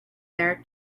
there